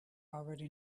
already